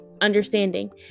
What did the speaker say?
understanding